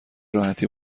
راحتی